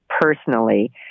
personally